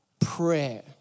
prayer